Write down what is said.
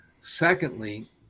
Secondly